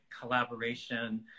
collaboration